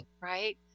right